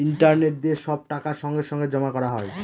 internet দিয়ে সব টাকা সঙ্গে সঙ্গে জমা করা হয়